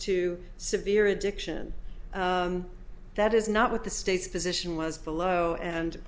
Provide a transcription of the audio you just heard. to severe addiction that is not what the state's position was below and